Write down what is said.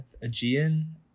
Aegean